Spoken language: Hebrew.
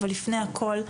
אבל לפני הכל,